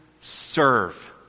serve